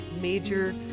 major